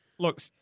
Look